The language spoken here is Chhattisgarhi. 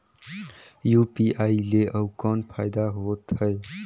यू.पी.आई ले अउ कौन फायदा होथ है?